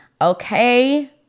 Okay